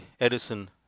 Edison